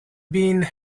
been